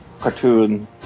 Cartoon